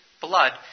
blood